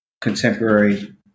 contemporary